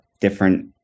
different